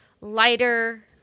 lighter